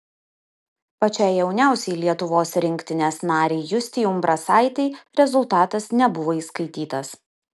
pačiai jauniausiai lietuvos rinktinės narei justei umbrasaitei rezultatas nebuvo įskaitytas